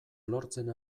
lortzen